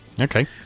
Okay